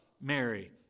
Mary